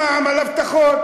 מע"מ על הבטחות.